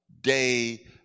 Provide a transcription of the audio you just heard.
day